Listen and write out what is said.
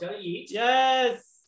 yes